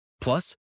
plus